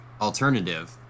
alternative